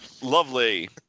Lovely